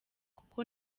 kuko